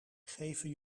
geven